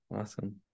Awesome